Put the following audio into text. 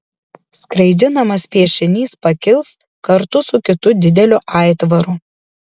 skraidinamas piešinys pakils kartu su kitu dideliu aitvaru